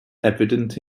evident